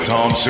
Tom